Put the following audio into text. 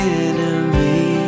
enemy